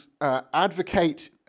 advocate